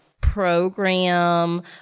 program